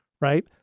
right